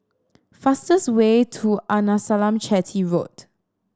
fastest way to Arnasalam Chetty Road